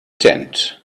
tent